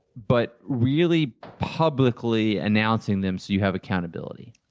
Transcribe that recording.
but really publicly announcing them so you have accountability.